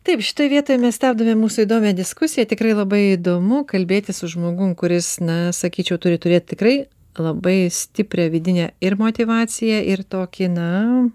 taip šitoj vietoj mes stabdome mūsų įdomią diskusiją tikrai labai įdomu kalbėtis su žmogum kuris na sakyčiau turi turėt tikrai labai stiprią vidinę ir motyvaciją ir tokį na